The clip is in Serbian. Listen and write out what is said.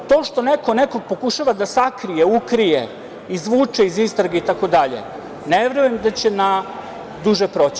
To što neko nekog pokušava da sakrije, ukrije, izvuče iz istrage, itd., ne verujem da će na duže proći.